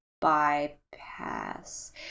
bypass